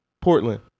Portland